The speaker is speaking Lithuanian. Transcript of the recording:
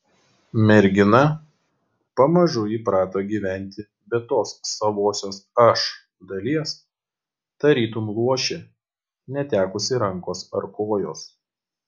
mergina pamažu įprato gyventi be tos savosios aš dalies tarytum luošė netekusi rankos ar kojos